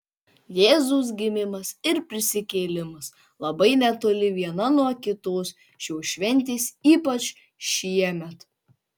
jėzaus gimimas ir prisikėlimas labai netoli viena nuo kitos šios šventės ypač šiemet